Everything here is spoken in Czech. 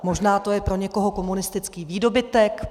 Možná to je pro někoho komunistický výdobytek.